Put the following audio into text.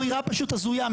זו אמירה פשוט הזויה,